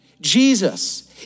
Jesus